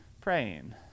praying